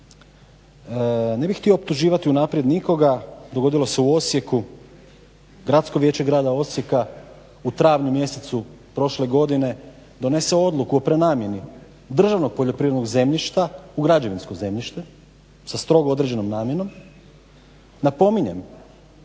Ne bih htio optuživati unaprijed nikoga. Dogodilo se u Osijeku, Gradsko vijeće Grada Osijeka u travnju mjesecu prošle godine donese odluku o prenamjeni državnog poljoprivrednog zemljišta u građevinsko zemljište sa strogo određenom namjenom.